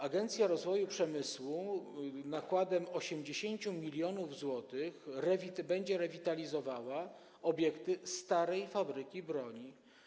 Agencja Rozwoju Przemysłu nakładem 80 mln zł będzie rewitalizowała obiekty starej fabryki broni.